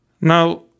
Now